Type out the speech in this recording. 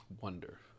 wonder